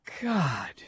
God